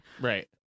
Right